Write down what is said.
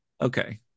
Okay